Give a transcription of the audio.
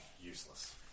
Useless